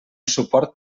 suport